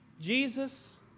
Jesus